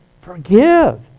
forgive